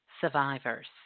survivors